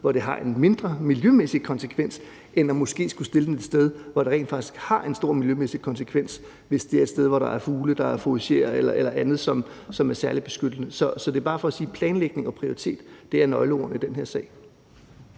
hvor det får færre miljømæssige konsekvenser, end at stille den et sted, hvor det rent faktisk får store miljømæssige konsekvenser, fordi det måske er et sted, hvor der er fugle, der fouragerer, eller hvor der er andet, som er særlig beskyttet. Så det er bare for at sige: Planlægning og prioritering er nøgleordene i den her sag.